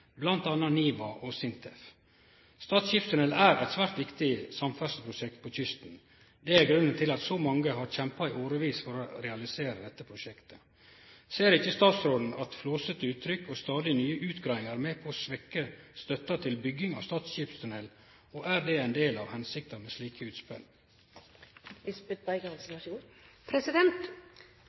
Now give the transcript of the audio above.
NIVA og SINTEF. Stad skipstunnel er eit svært viktig samferdselsprosjekt på kysten. Det er grunnen til at så mange har kjempa i årevis for å realisere dette prosjektet. Ser ikkje statsråden at flåsete uttrykk og stadig nye utgreiingar er med på å svekkje støtta til bygging av Stad skipstunnel, og er det ein del av hensikta med slike utspel?